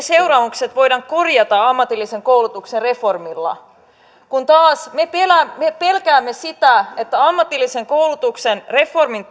seuraamukset voidaan korjata ammatillisen koulutuksen reformilla kun taas me pelkäämme sitä että ammatillisen koulutuksen reformin